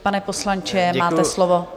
Pane poslanče, máte slovo.